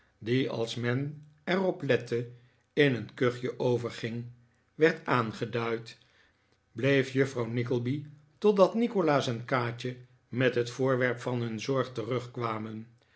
die als men er op lette in een kuchje overging werd aangeduid bleef juffrouw nickleby totdat nikolaas en kaatje met het voorwerp van hun zorg terugkwamen